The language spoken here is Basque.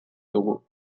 dugu